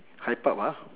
hype up ah